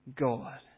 God